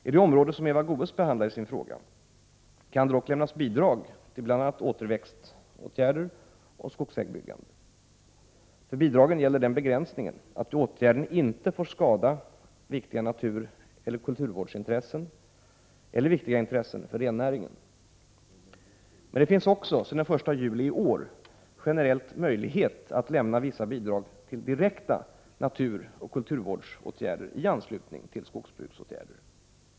I det område som Eva Goés behandlar i sin fråga kan det dock lämnas bidrag till bl.a. återväxtåtgärder och skogsvägsbyggande. För bidragen gäller den begränsning att åtgärden inte får skada viktiga natureller kulturvårdsintressen eller viktiga intressen för rennäringen. Men det finns också sedan den 1 juli i år generellt möjlighet att lämna vissa bidrag till direkta naturoch kulturvårdsåtgärder i anslutning till skogsbruksåtgärder.